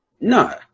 no